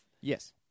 Yes